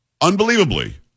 unbelievably